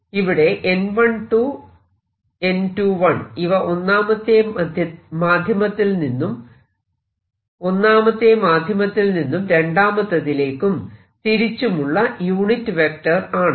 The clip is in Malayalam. ഇവിടെ n 12 n 21 ഇവ ഒന്നാമത്തെ മാധ്യമത്തിൽ നിന്നും രണ്ടാമത്തേതിലേക്കും തിരിച്ചുമുള്ള യൂണിറ്റ് വെക്റ്റർ ആണ്